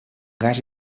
gas